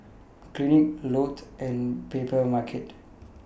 Clinique Lotte and Papermarket